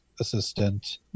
assistant